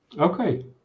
Okay